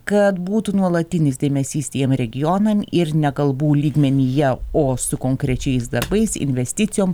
kad būtų nuolatinis dėmesys tiems regionam ir ne kalbų lygmenyje o su konkrečiais darbais investicijom